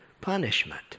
punishment